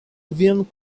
vian